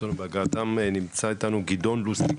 אז נמצא איתנו גדעון לוסטיג,